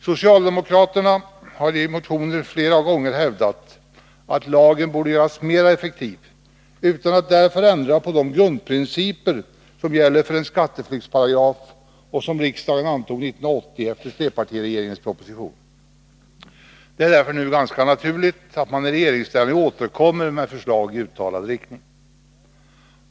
Socialdemokraterna har i motioner flera gånger hävdat att lagen borde göras mer effektiv utan att därför de grundprinciper ändras som gäller för en skatteflyktsparagraf och som riksdagen antog 1980 efter trepartiregeringens proposition. Det är därför ganska naturligt att vi i regeringsställning återkommer med förslag i uttalad riktning.